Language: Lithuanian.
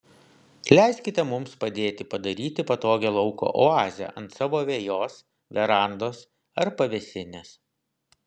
leiskite mums padėti padaryti patogią lauko oazę ant savo vejos verandos ar pavėsinės